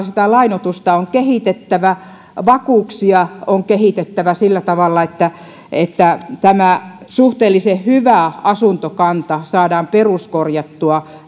sitä lainoitusta on kehitettävä vakuuksia on kehitettävä sillä tavalla että että tämä suhteellisen hyvä asuntokanta saadaan peruskorjattua